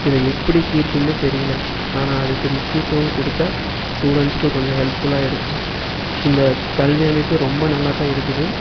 இதை எப்படி தீர்க்கும்ன்னே தெரியல ஆனால் அதுக்கு முக்கியத்துவம் கொடுத்தால் ஸ்டுடண்ஸுக்கு கொஞ்சம் ஹெல்ப்ஃபுல்லாக இருக்கும் இந்த கல்வி அமைப்பு ரொம்ப நல்லாதான் இருக்குது